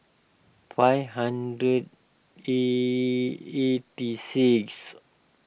five hundred eighty six